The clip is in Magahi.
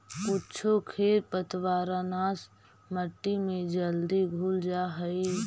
कुछो खेर पतवारनाश मट्टी में जल्दी घुल जा हई